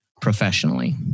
professionally